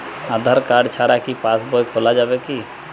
আধার card ছাড়া কি পাসবই খোলা যাবে কি?